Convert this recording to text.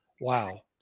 Wow